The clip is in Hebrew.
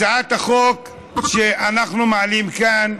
הצעת החוק שאנחנו מעלים כאן,